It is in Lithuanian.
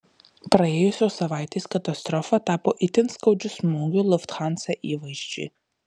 praėjusios savaitės katastrofa tapo itin skaudžiu smūgiu lufthansa įvaizdžiui